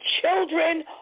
children